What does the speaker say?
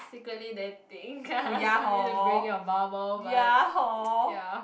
secretly dating sorry to break your bubble but ya